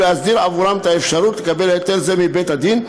להסדיר עבורם את האפשרות לקבל היתר זה מבית-הדין,